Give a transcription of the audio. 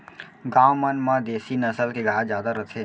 गॉँव मन म देसी नसल के गाय जादा रथे